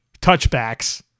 touchbacks